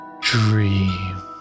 dream